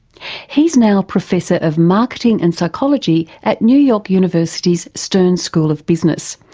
he is now professor of marketing and psychology at new york university's stern school of business,